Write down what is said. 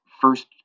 first